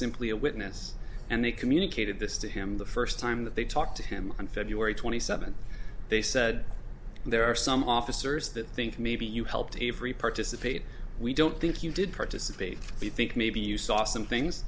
simply a witness and they communicated this to him the first time that they talked to him on february twenty seventh they said there are some officers that think maybe you helped avery participate we don't think you did participate we think maybe you saw some things